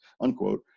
unquote